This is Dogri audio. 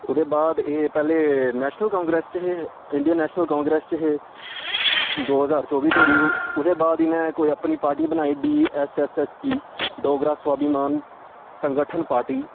ओह्दे बाद एह् पैह्लें नैशनल कांग्रेस च हे इंडियन नैशनल कांग्रेस च हे दो ज्हार चौबी धोड़ी ओह्दे बाद इ'नें कोई अपनी पार्टी बनाई डीएसएसएसपी डोगरा स्वाभिमान संगठन पार्टी